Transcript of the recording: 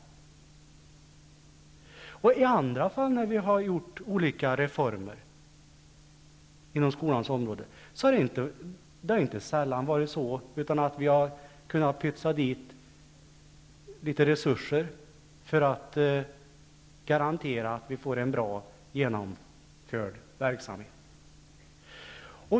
När vi i andra fall har genomfört olika reformer inom skolans område har vi inte sällan kunnat pytsa dit litet resurser för att garantera en bra genomförd verksamhet.